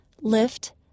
lift